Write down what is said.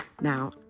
Now